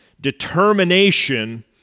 determination